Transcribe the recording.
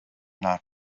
not